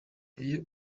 iyo